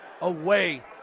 away